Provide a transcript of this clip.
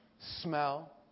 smell